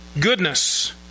goodness